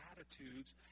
attitudes